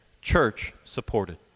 church-supported